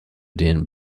den